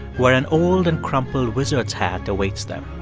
where an old and crumpled wizard's hat awaits them.